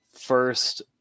first